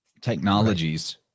technologies